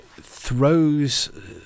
throws